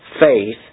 faith